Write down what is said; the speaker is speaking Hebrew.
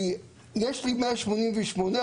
כי יש לי 188 אחוזים,